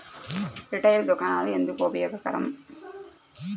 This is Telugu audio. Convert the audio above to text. రిటైల్ దుకాణాలు ఎందుకు ఉపయోగకరం?